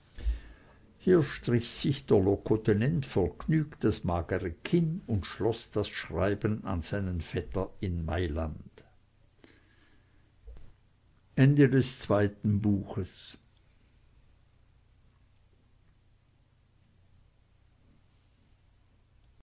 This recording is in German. hier strich sich der locotenent vergnügt das magere kinn und schloß das schreiben an seinen vetter in mailand